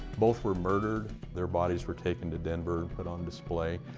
both were murdered, their bodies were taken to denver, put on display.